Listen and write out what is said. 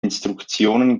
instruktionen